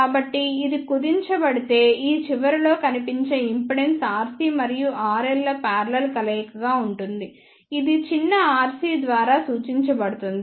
కాబట్టి ఇది కుదించబడితే ఈ చివరలో కనిపించే ఇంపెడెన్స్ RC మరియు RL ల పారలెల్ కలయికగా ఉంటుంది ఇది చిన్న rc ద్వారా సూచించబడుతుంది